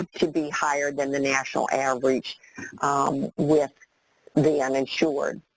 to be higher than the national average with the uninsured.